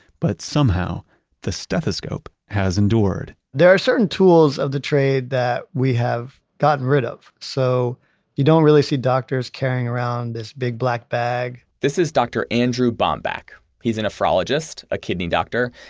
but somehow the stethoscope has endured there are certain tools of the trade that we have gotten rid of so you don't really see doctors carrying around this big black bag this is dr. andrew bomback. he's a nephrologist, a kidney doctor,